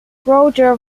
roger